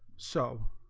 so